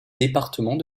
département